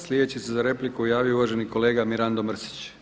Sljedeći se za repliku javio uvaženi kolega Mirando Mrsić.